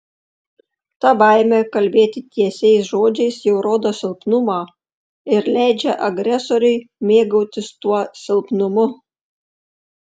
ta baimė kalbėti tiesiais žodžiais jau rodo silpnumą ir leidžia agresoriui mėgautis tuo silpnumu